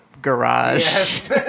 garage